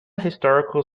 historical